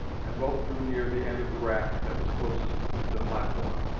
and both drew near the end of the raft that was closest to the platform.